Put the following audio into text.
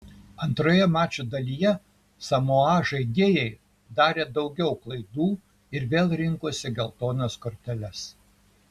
antroje mačo dalyje samoa žaidėjai darė daugiau klaidų ir vėl rinkosi geltonas korteles